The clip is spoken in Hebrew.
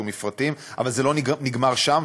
אבל זה לא נגמר שם,